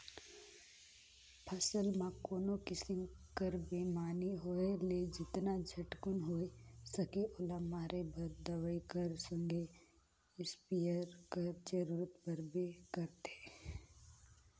फसिल मे कोनो किसिम कर बेमारी होए ले जेतना झटकुन होए सके ओला मारे बर दवई कर संघे इस्पेयर कर जरूरत परबे करथे